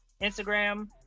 Instagram